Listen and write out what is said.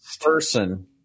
person